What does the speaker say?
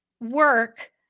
work